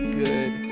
good